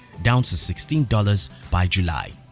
down to sixteen dollars by july.